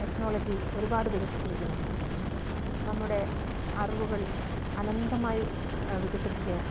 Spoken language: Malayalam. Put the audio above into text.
ടെക്നോളജി ഒരുപാട് വികസിച്ചിരിക്കുന്നു നമ്മുടെ അറിവുകൾ അനന്തമായി വികസിക്കുകയാണ്